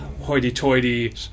hoity-toity